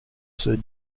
sir